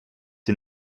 die